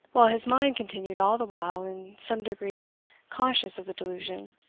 while his mind continued all the while in some degree conscious of the delusion,